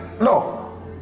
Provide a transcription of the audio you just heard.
No